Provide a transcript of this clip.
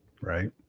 Right